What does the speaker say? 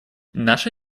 наша